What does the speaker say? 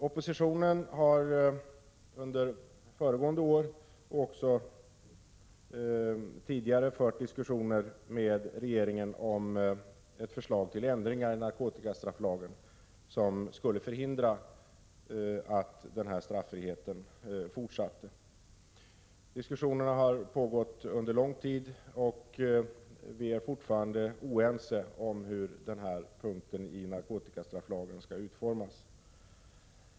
Oppositionen har under föregående år, och också tidigare, fört diskussioner med regeringen om ett förslag till ändringar i narkotikastrafflagen som skulle förhindra fortsatt straffrihet. Diskussioner har pågått under lång tid. Vi är fortfarande oense om hur denna punkt i narkotikastrafflagen skall utformas.